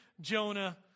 Jonah